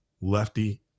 Lefty